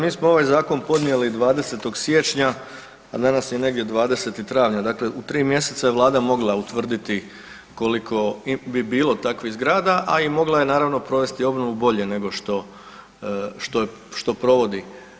Mi smo ovaj zakon podnijeli 20.siječnja, a danas je negdje 20.travnja dakle u tri mjeseca je Vlada mogla utvrditi koliko bi bilo takvih zgrada, a i mogla je naravno provesti obnovu bolje nego što provodi.